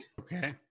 Okay